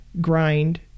grind